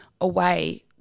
away